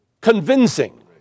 convincing